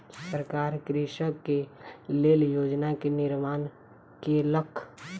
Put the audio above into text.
सरकार कृषक के लेल योजना के निर्माण केलक